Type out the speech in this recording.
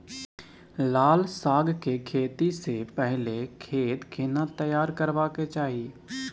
लाल साग के खेती स पहिले खेत केना तैयार करबा के चाही?